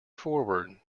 forward